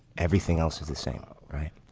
everything else is the same. right.